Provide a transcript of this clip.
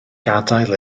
gadael